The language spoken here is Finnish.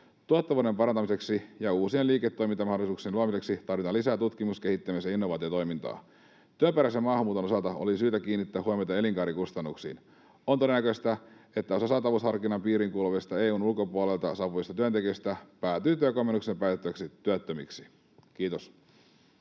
Tuottavuuden parantamiseksi ja uusien liiketoimintamahdollisuuksien luomiseksi tarvitaan lisää tutkimus‑, kehittämis‑ ja innovaatiotoimintaa. Työperäisen maahanmuuton osalta olisi syytä kiinnittää huomiota elinkaarikustannuksiin. On todennäköistä, että osa saatavuusharkinnan piiriin kuuluvista EU:n ulkopuolelta saapuvista työntekijöistä päätyy työkomennuksen päätteeksi työttömiksi. — Kiitos.